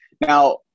Now